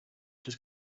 just